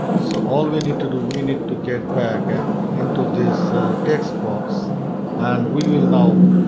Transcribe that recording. so all we need to do we need to get back into this text-box and we will now